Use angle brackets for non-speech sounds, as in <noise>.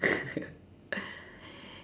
<laughs>